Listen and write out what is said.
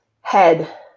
Head